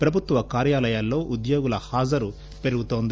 ప్రభుత్వ కార్యాలయాల్లో ఉద్యోగుల హాజరు పెరుగుతోంది